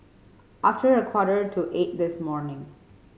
after a quarter to eight this morning